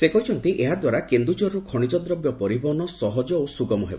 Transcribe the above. ସେ କହିଛନ୍ତି ଏହାଦ୍ୱାରା କେନ୍ଦ୍ରଝରର୍ର ଖଣିଜ ଦ୍ରବ୍ୟ ପରିବହନ ସହଜ ଓ ସୁଗମ ହେବ